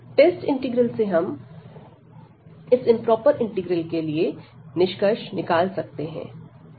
test integral से हम इस इंप्रोपर इंटीग्रल के लिए निष्कर्ष निकाल सकते हैं